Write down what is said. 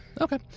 okay